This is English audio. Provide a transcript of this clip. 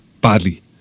badly